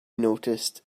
noticed